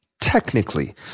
Technically